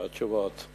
התשובות.